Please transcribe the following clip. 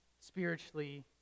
spiritually